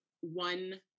one